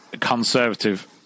Conservative